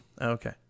Okay